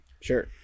Sure